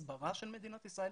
להסברה של מדינת ישראל,